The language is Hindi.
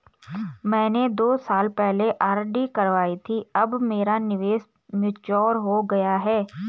मैंने दो साल पहले आर.डी करवाई थी अब मेरा निवेश मैच्योर हो गया है